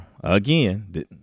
again